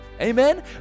amen